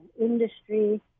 industry